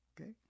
okay